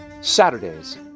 Saturdays